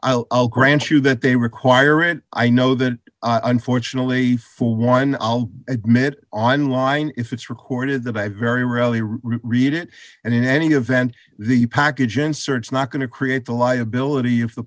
you that they require it i know that unfortunately for one i'll admit online if it's recorded that i very rarely read it and in any event the package inserts not going to create the liability of the